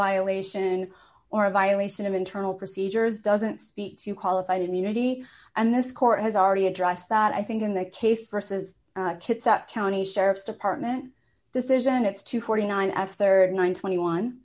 violation or a violation of internal procedures doesn't speak to qualified immunity and this court has already addressed that i think in that case versus kits that county sheriff's department decision it's to forty nine after one hundred and twenty one